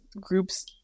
groups